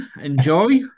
Enjoy